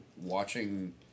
watching